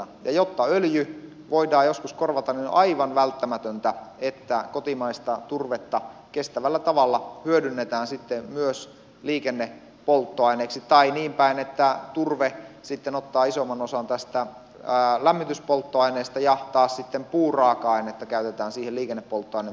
ja jotta öljy voidaan joskus korvata niin on aivan välttämätöntä että kotimaista turvetta kestävällä tavalla hyödynnetään myös liikennepolttoaineeksi tai niinpäin että turve ottaa isomman osan lämmityspolttoaineesta ja taas sitten puuraaka ainetta käytetään liikennepolttoaineen tekoon